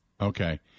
Okay